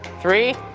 three,